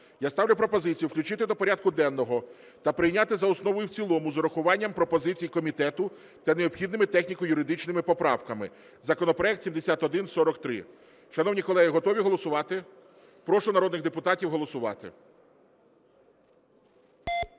Я ставлю пропозицію включити до порядку денного та прийняти за основу і в цілому з урахуванням пропозицій комітету та необхідними техніко-юридичними поправками законопроект 7143. Шановні колеги, готові голосувати? Прошу народних депутатів голосувати.